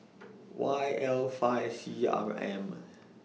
Y L five C R M